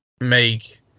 make